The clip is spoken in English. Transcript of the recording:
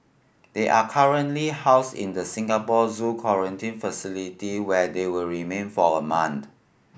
they are currently housed in the Singapore Zoo quarantine facility where they will remain for a month